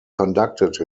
conducted